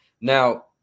Now